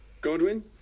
Godwin